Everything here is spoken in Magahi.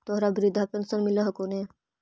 तोहरा वृद्धा पेंशन मिलहको ने?